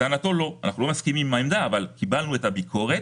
אנחנו לא מסכימים עם העמדה אבל קיבלנו את הביקורת.